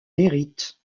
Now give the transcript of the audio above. hérite